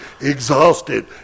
exhausted